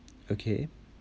okay